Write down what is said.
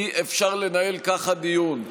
אי-אפשר לנהל ככה דיון.